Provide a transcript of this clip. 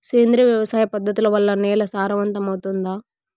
సేంద్రియ వ్యవసాయ పద్ధతుల వల్ల, నేల సారవంతమౌతుందా?